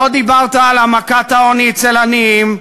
לא דיברת על העמקת העוני אצל עניים,